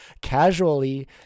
casually